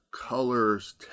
colors